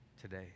today